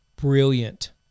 brilliant